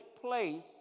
place